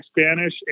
Spanish